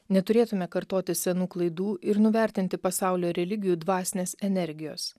neturėtume kartoti senų klaidų ir nuvertinti pasaulio religijų dvasinės energijos